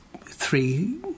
three